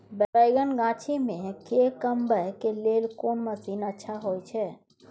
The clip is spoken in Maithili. बैंगन गाछी में के कमबै के लेल कोन मसीन अच्छा होय छै?